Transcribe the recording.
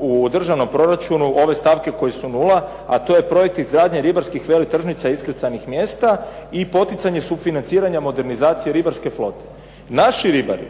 u državnom proračunu ove stavke koje su nula, a to je projekti izgradnji ribarskih veletržnica i iskrcajnih mjesta i poticanje sufinanciranja modernizacije ribarske flote. Naši ribari